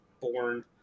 born